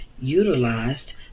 utilized